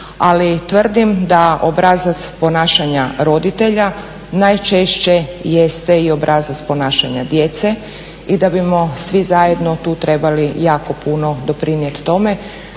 Ali tvrdim da obrazac ponašanja roditelja najčešće jeste i obrazac ponašanja djece i da bimo svi zajedno tu trebali jako puno doprinijeti tome